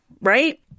right